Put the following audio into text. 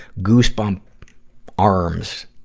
goosebump arms,